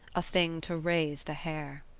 a thing to raise the hair